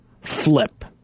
Flip